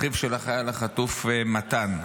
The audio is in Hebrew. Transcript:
אחיו של החייל החטוף מתן.